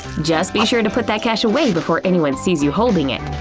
just be sure to put that cash away before anyone sees you holding it.